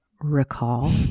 recall